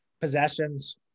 possessions